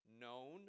known